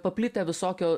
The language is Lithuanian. paplitę visokio